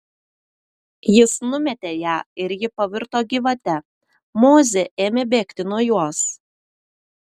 jis numetė ją ir ji pavirto gyvate mozė ėmė bėgti nuo jos